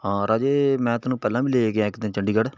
ਹਾਂ ਰਾਜੇ ਮੈਂ ਤੈਨੂੰ ਪਹਿਲਾਂ ਵੀ ਲੈ ਗਿਆ ਇੱਕ ਦਿਨ ਚੰਡੀਗੜ੍ਹ